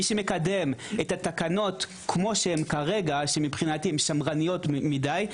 מי שמקדם את התקנות כפי שהן כרגע שמבחינתי הן שמרניות מדי,